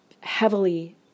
heavily